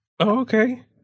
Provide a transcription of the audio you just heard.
okay